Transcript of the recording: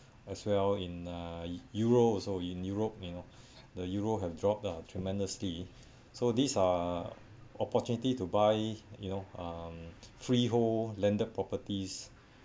as well in uh euro also in europe you know the euro have dropped lah tremendously so these are opportunity to buy you know um freehold landed properties